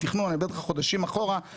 אני מדבר איתך על חודשים אחרוה,